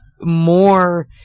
more